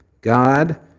God